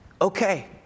Okay